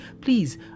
please